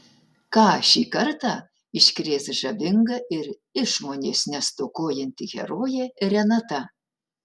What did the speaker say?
ką šį kartą iškrės žavinga ir išmonės nestokojanti herojė renata